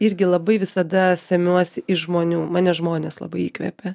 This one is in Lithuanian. irgi labai visada semiuosi iš žmonių mane žmonės labai įkvepia